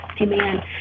Amen